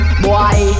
boy